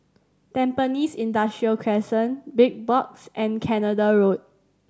Tampines Industrial Crescent Big Box and Canada Road